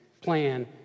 plan